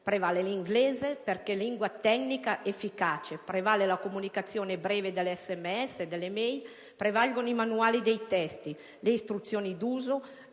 prevale l'inglese perché lingua tecnica efficace, prevale la comunicazione breve degli SMS e delle *e-mail*, prevalgono i manuali sui testi, le istruzioni d'uso